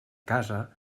casa